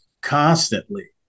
constantly